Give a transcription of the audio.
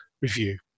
review